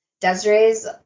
Desiree's